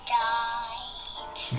died